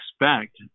expect